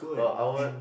oh I want